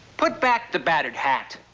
put back the battered hat.